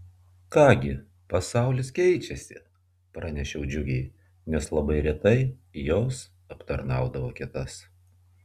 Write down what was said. ką gi pasaulis keičiasi pranešiau džiugiai nes labai retai jos aptarnaudavo kitas